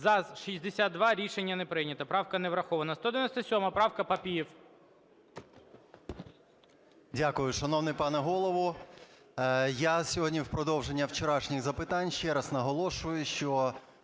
За-62 Рішення не прийнято. Правка не врахована. 197 правка. Папієв. 12:33:29 ПАПІЄВ М.М. Дякую, шановний пане Голово. Я сьогодні в продовження вчорашніх запитань ще раз наголошую, що